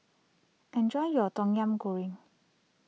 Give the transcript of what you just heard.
enjoy your Tom Yam Goong